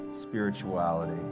spirituality